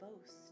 boast